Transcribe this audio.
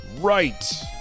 right